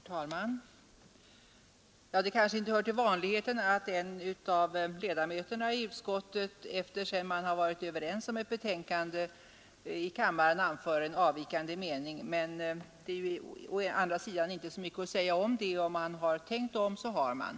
Herr talman! Det kanske inte hör till vanligheten att en utskottsledamot, sedan man i utskottet varit överens om ett betänkande, i kammaren anför avvikande mening. Men det är å andra sidan inte så mycket att säga om detta — om man har tänkt om så har man.